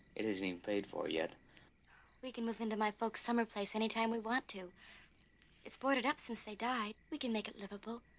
it isn't even paid for yet we can move into my folks summer place anytime we want to it's boarded up since they died. we can make it livable.